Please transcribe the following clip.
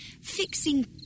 Fixing